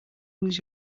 lose